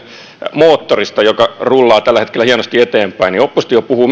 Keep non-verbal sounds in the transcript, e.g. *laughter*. moottorista joka rullaa tällä hetkellä hienosti eteenpäin niin oppositio puhuu *unintelligible*